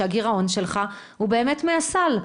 שהגירעון שלך הוא באמת מהסל,